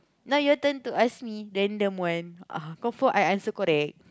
now your turn to ask me random one ah confirm I answer correct